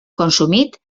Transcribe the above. consumit